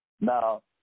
Now